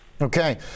Okay